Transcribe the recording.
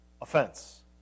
offense